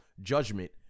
judgment